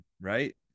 right